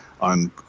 on